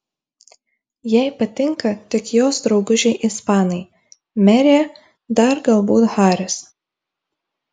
jai patinka tik jos draugužiai ispanai merė dar galbūt haris